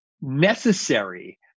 necessary